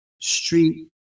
street